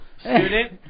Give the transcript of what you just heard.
student